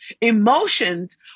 Emotions